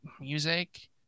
music